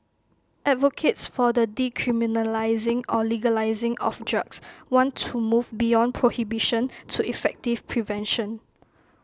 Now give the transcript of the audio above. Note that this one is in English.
advocates for the decriminalising or legalising of drugs want to move beyond prohibition to effective prevention